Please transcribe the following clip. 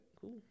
cool